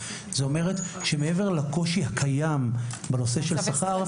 היא אומרת שמעבר לקושי הקיים בנושא של שכר,